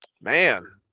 man